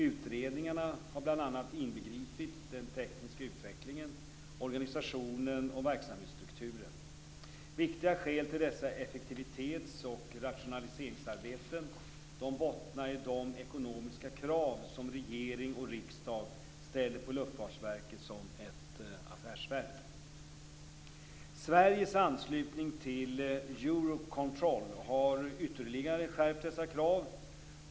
Utredningarna har bl.a. inbegripit den tekniska utvecklingen, organisationen och verksamhetsstrukturen. Viktiga skäl till dessa effektivitets och rationaliseringsarbeten bottnar i de ekonomiska krav som regering och riksdag ställer på Luftfartsverket som ett affärsverk. Sveriges anslutning till Eurocontrol har ytterligare skärpt dessa krav.